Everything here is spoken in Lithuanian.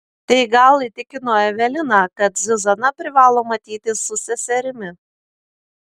tai gal įtikino eveliną kad zuzana privalo matytis su seserimi